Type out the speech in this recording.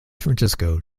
francisco